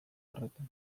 horretan